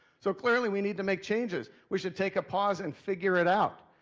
so clearly, we need to make changes. we should take a pause and figure it out.